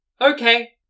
Okay